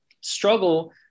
struggle